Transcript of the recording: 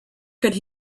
could